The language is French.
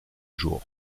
jour